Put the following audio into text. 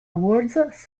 awards